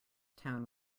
town